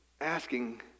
asking